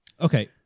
okay